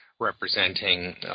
representing